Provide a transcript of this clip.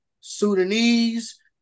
Sudanese